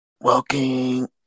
walking